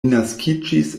naskiĝis